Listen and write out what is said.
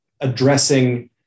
addressing